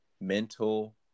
mental